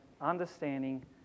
understanding